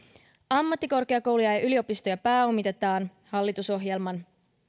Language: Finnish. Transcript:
ammattikorkeakouluja ja yliopistoja pääomitetaan hallitusohjelman